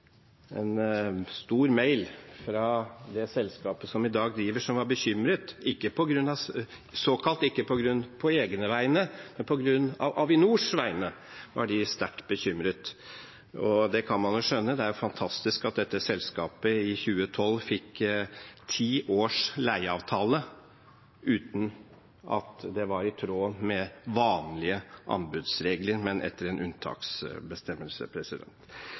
en stor mail fra det selskapet som i dag driver. De var bekymret – såkalt ikke på egne vegne, men på Avinors vegne var de sterkt bekymret. Det kan man vel skjønne. Det er fantastisk at dette selskapet i 2012 fikk ti års leieavtale uten at det var i tråd med vanlige anbudsregler, men etter en unntaksbestemmelse.